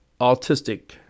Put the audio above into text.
autistic